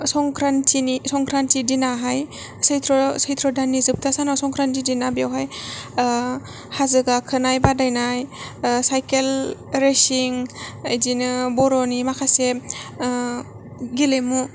संख्रानथिनि संख्रानथि दिनावहाय सैत्र सैत्र दाननि जोबथा सानाव संख्रानथि दिन ना बेवहाय हाजो गाखोनाय बादायनाय साइकेल रेसिं इदिनो बर'नि माखासे गेलेमु